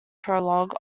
prologue